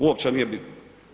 Uopće nije bitno.